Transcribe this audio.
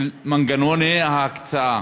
של מנגנוני ההקצאה,